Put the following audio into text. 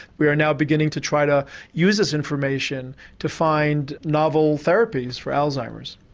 we are now beginning to try to use this information to find novel therapies for alzheimer's.